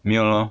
没有咯